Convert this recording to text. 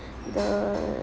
the